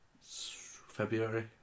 February